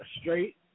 straight